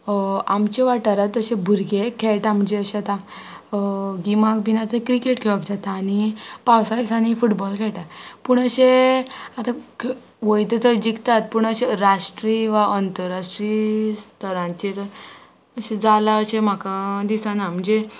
आमच्या वाठारांत तशें भुरगे खेळटा म्हणजे आतां गिमाक बीन आतां क्रिकेट खेळप जाता आनी पावसा दिसांनी फुटबॉल खेळटा पूण अशें आतां वयता थंय जिकतात पूण अशें राष्ट्रीय वा अंतरराष्ट्रीय स्थरांचेर अशें जालां अशें म्हाका दिसना म्हणजे